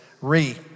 re